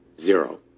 zero